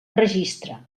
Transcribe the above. registre